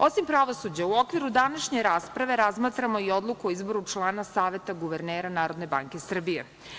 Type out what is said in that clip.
Osim pravosuđa, u okviru današnje rasprave razmatramo i Odluku o izboru člana Saveta guvernera NBS.